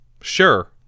Sure